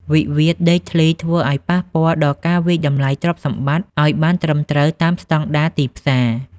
វិវាទដីធ្លីធ្វើឱ្យប៉ះពាល់ដល់ការវាយតម្លៃទ្រព្យសម្បត្តិ ឱ្យបានត្រឹមត្រូវតាមស្ដង់ដារទីផ្សារ។